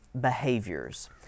behaviors